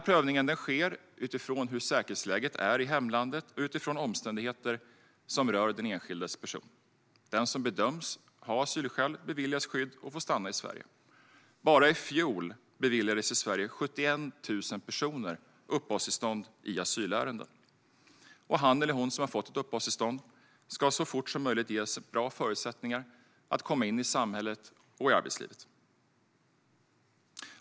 Prövningen sker utifrån säkerhetsläget i hemlandet och utifrån omständigheter som rör den enskildes person. Den som bedöms ha asylskäl beviljas skydd och får stanna i Sverige. Bara i fjol beviljades i Sverige 71 000 personer uppehållstillstånd i asylärenden, och han eller hon som har fått ett uppehållstillstånd ska så fort som möjligt ges bra förutsättningar att komma in i samhället och i arbetslivet.